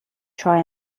try